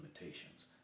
limitations